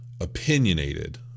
opinionated